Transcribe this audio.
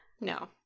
No